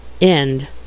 End